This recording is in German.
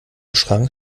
schrank